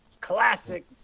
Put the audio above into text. Classic